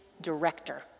director